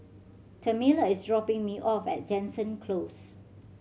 Tamela is dropping me off at Jansen Close